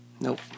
Nope